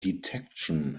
detection